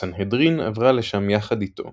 הסנהדרין עברה לשם יחד אתו,